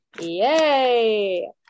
Yay